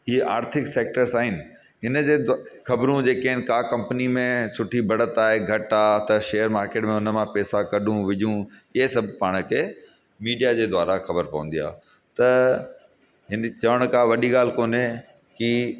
इहे आर्थिक सैक्टर्स आहिनि हिन जे ख़बरू जेके आहिनि का कंपनी में सुठी बढ़त आहे घटि आहे त शेयर मार्किट में उन सां पैसा कढूं विझू इहे सभु पाण खे मीडिया जे द्वारा ख़बर पवंदी आहे त हिन चएण खां वॾी ॻाल्हि कोन्हे की